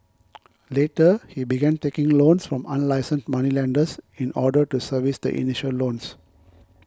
later he began taking loans from unlicensed moneylenders in order to service the initial loans